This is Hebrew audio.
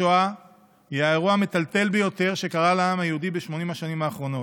השואה היא האירוע המטלטל ביותר שקרה לעם היהודי ב-80 השנים האחרונות.